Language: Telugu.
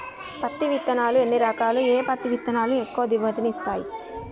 పత్తి విత్తనాలు ఎన్ని రకాలు, ఏ పత్తి విత్తనాలు ఎక్కువ దిగుమతి ని ఇస్తాయి?